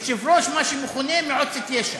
יושב-ראש מה שמכונה מועצת יש"ע.